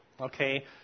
Okay